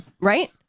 Right